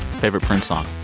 favorite prince song?